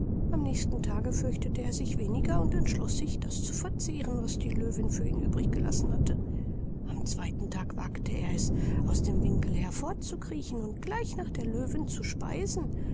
am nächsten tage fürchtete er sich weniger und entschloß sich das zu verzehren was die löwin für ihn übrig gelassen hatte am zweiten tag wagte er es aus dem winkel hervorzukriechen und gleich nach der löwin zu speisen